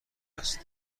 است